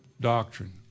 Doctrine